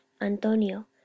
antonio